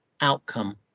outcome